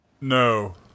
No